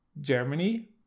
Germany